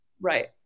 Right